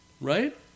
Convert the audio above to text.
Right